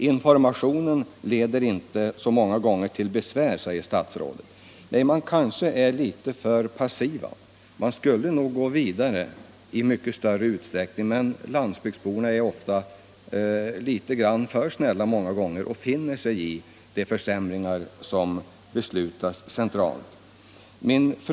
Informationen leder inte många gånger till besvär, framhåller statsrådet. Nej, man kanske är litet för passiv. Man borde nog gå vidare i större utsträckning. Men landsbygdsborna är ofta litet för snälla och finner sig i de försämringar som beslutas centralt.